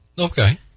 Okay